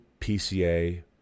PCA